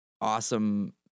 awesome